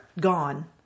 gone